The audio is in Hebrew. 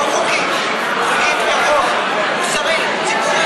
לא חוקית, מוסרית, ציבורית.